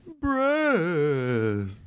Breath